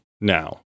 now